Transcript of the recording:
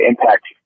impact